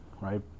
right